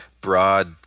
broad